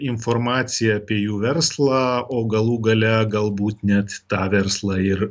informaciją apie jų verslą o galų gale galbūt net tą verslą ir